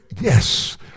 Yes